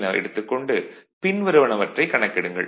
என எடுத்துக் கொண்டு பின்வருவனவற்றைக் கணக்கிடுங்கள்